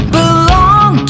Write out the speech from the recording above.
belong